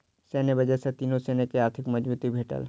सैन्य बजट सॅ तीनो सेना के आर्थिक मजबूती भेटल